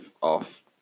off